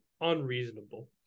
unreasonable